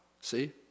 See